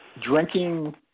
Drinking